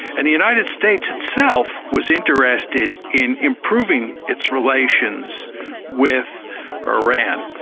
and the united states itself was interested in improving its relations with ah iran.